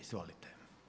Izvolite.